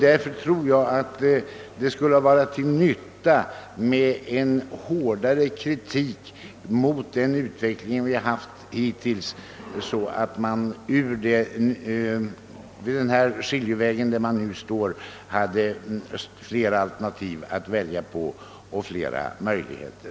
Därför anser jag att det skulle vara till nytta med en hårdare kritik mot den utveckling vi har haft hittills, så att vi, när vi nu står inför en skiljeväg, finge flera alternativ att välja mellan och hade flera möjligheter.